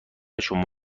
شما